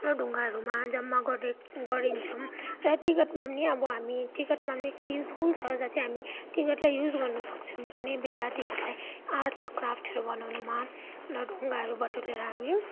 र ढुङ्गाहरूमा जम्मा गर गरिन्छौँ र टिकटमा पनि अब हामी टिकटमा निकै युजफुल छ जहाँ चाहिँ हामी टिकटलाई युज गर्न सक्छौँ कुनै बेला टिकेटलाई आर्ट्स क्राफ्टहरू बनाउनमा ढुङ्गाहरू बटुलेर हामी